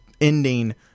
ending